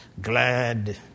glad